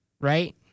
right